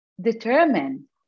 determine